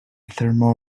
thermal